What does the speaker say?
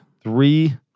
three